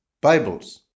Bibles